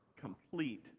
complete